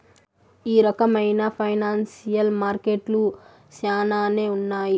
ఈ రకమైన ఫైనాన్సియల్ మార్కెట్లు శ్యానానే ఉన్నాయి